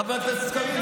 חבר הכנסת קריב,